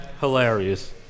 Hilarious